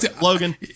Logan